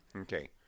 Okay